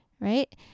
right